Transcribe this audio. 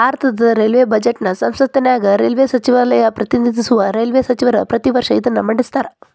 ಭಾರತದ ರೈಲ್ವೇ ಬಜೆಟ್ನ ಸಂಸತ್ತಿನ್ಯಾಗ ರೈಲ್ವೇ ಸಚಿವಾಲಯ ಪ್ರತಿನಿಧಿಸುವ ರೈಲ್ವೇ ಸಚಿವರ ಪ್ರತಿ ವರ್ಷ ಇದನ್ನ ಮಂಡಿಸ್ತಾರ